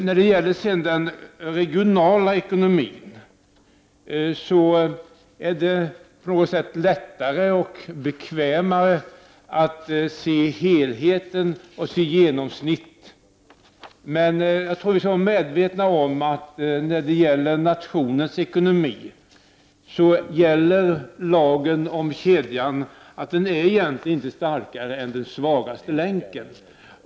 När det gäller den regionala ekonomin är det lättare och bekvämare att se helheten och genomsnittet. Jag tror att vi skall vara medvetna om att i fråga om nationens ekonomi gäller lagen om kedjan, dvs. att den är inte starkare än den svagaste länken.